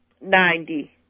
Ninety